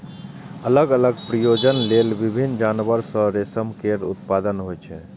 अलग अलग प्रयोजन लेल विभिन्न जानवर सं रेशम केर उत्पादन होइ छै